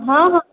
हँ